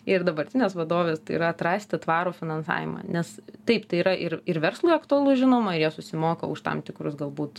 ir dabartinės vadovės tai yra atrasti tvarų finansavimą nes taip tai yra ir ir verslui aktualu žinoma ir jie susimoka už tam tikrus galbūt